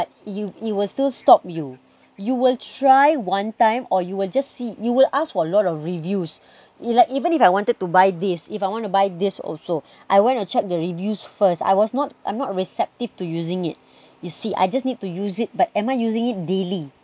you it will still stop you you will try one time or you will just see you will ask for a lot of reviews like even if I wanted to buy this if I want to buy this also I want to check the reviews first I was not I'm not receptive to using it you see I just need to use it but am I using it daily